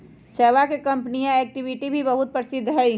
चयवा के कंपनीया एक्टिविटी भी बहुत प्रसिद्ध हई